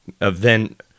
event